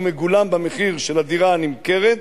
הוא מגולם במחיר של הדירה הנמכרת,